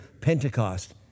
Pentecost